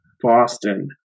Boston